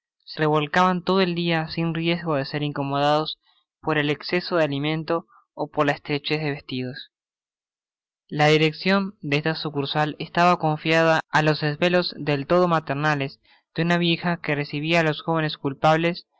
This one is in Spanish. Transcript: se revolcaban todo el dia sin riesgo de ser incomodados por el exceso de alimento ó por la estrechez de vestidos la direccion de esta sucursal estaba confiada á los desvelos del todo maternales de una vieja que recibia á los jovenes culpables